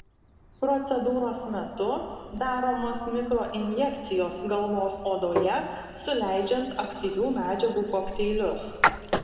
procedūros metu daromos mikroinjekcijos galvos odoje suleidžiant aktyvių medžiagų kokteilius